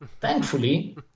Thankfully